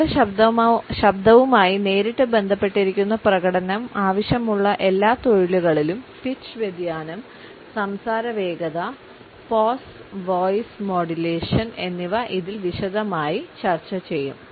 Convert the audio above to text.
നമ്മുടെ ശബ്ദവുമായി നേരിട്ട് ബന്ധപ്പെട്ടിരിക്കുന്ന പ്രകടനം ആവശ്യമുള്ള എല്ലാ തൊഴിലുകളിലും പിച്ച് വ്യതിയാനം സംസാര വേഗത പോസ് വോയ്സ് മോഡുലേഷൻ എന്നിവ ഇതിൽ വിശദമായി ചർച്ച ചെയ്യും